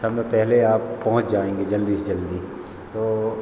समय पहले आप पहुँच जाएंगे जल्दी से जल्दी तो